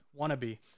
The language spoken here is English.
wannabe